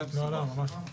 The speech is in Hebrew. ממש לא.